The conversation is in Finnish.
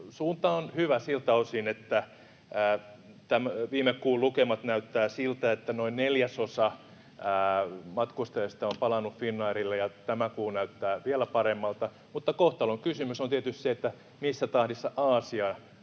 suunta on hyvä siltä osin, että viime kuun lukemat näyttävät siltä, että noin neljäsosa matkustajista on palannut Finnairille, ja tämä kuu näyttää vielä paremmalta. Mutta kohtalonkysymys on tietysti se, missä tahdissa Aasia